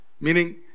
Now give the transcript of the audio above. Meaning